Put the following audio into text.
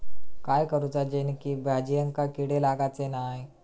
काय करूचा जेणेकी भाजायेंका किडे लागाचे नाय?